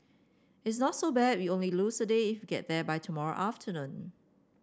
it's not so bad we only lose a day get there by tomorrow afternoon